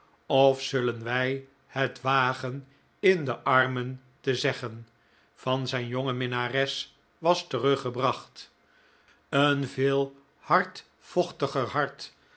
of zullen wij het wagen in de armen te zeggen van zijn jonge minnares was teruggebracht een veel hardvochtiger hart